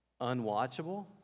unwatchable